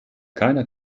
keiner